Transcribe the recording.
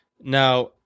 Now